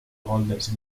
golders